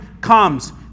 comes